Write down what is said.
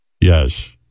Yes